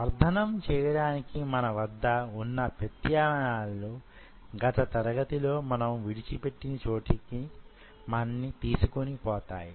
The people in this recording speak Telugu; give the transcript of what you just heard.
వర్ధనం చెయ్యడానికి మనవద్ద వున్న ప్రత్యామ్నాయాలు గత తరగతిలో మనము విడిచి పెట్టిన చోటుకి మనని తీసుకొనిపోతాయి